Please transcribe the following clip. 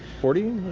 forty?